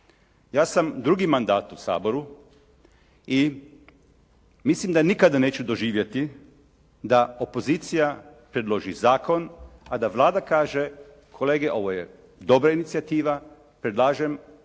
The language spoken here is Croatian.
Ja sam drugi mandat u Saboru i mislim da nikada neću doživjeti da opozicija predloži zakon a da Vlada kaže kolege ovo je dobra inicijativa, predlažemo